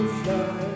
fly